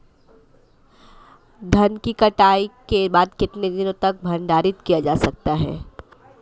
धान की कटाई के बाद कितने दिनों तक भंडारित किया जा सकता है?